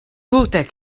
tute